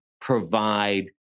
provide